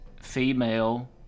female